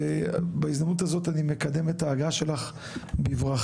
ובהזדמנות זאת אני מקדם את ההגעה שלך בברכה,